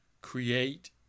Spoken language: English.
create